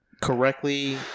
correctly